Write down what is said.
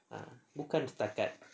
ah bukan setakat